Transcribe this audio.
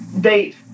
date